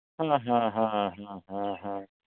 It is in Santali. ᱦᱮᱸ ᱦᱮᱸ ᱦᱮᱸ ᱦᱮᱸ ᱦᱮᱸ ᱦᱮᱸ ᱦᱮᱸ